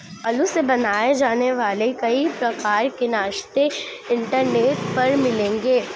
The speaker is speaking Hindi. आलू से बनाए जाने वाले कई प्रकार के नाश्ते इंटरनेट पर मिलेंगे